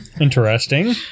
Interesting